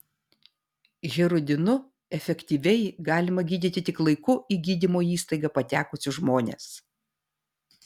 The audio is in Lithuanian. hirudinu efektyviai galima gydyti tik laiku į gydymo įstaigą patekusius žmones